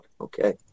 okay